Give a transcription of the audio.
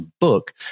book